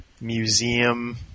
museum